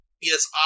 yes